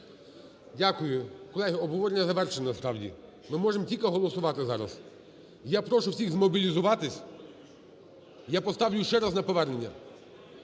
Дякую. Колеги, обговорення завершено насправді, ми можемо тільки голосувати зараз. Я прошу всіх змобілізуватись, я поставлю ще раз на повернення,